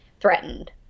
threatened